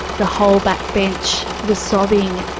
the whole back bench was sobbing.